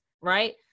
right